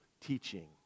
teaching